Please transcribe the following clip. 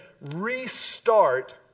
restart